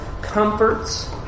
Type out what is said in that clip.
comforts